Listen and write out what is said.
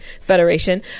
federation